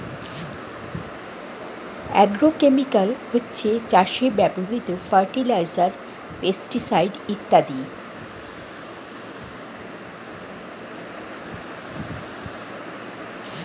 agrochemical হচ্ছে চাষে ব্যবহৃত ফার্টিলাইজার, পেস্টিসাইড ইত্যাদি